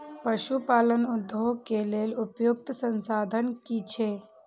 पशु पालन उद्योग के लेल उपयुक्त संसाधन की छै?